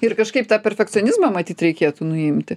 ir kažkaip tą perfekcionizmą matyt reikėtų nuimti